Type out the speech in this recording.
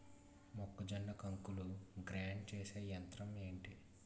మొక్కజొన్న కంకులు గ్రైండ్ చేసే యంత్రం ఏంటి?